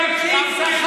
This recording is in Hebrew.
גפני, שלא תחוב גלות.